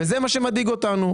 וזה מה שמדאיג אותנו,